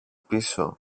πίσω